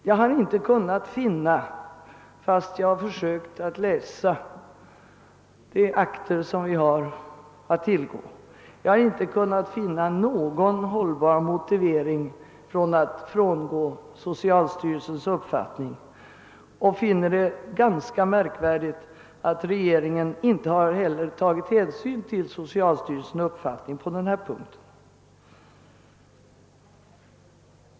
Jag har fastän jag läst igenom de akter, som vi har att tillgå, inte kunnat finna någon hållbar motivering för att frångå socialstyrelsens uppfattning och finner det ganska märkligt att regeringen inte heller på denna punkt har tagit hänsyn till socialstyrelsens mening.